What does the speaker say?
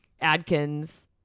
Adkins